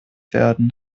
werden